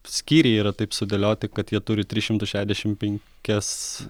skyriai yra taip sudėlioti kad jie turi tris šimtus šedešim penkias